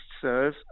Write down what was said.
serve